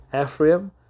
Ephraim